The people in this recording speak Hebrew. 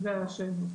זו השאלה.